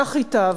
כך ייטב,